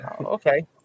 Okay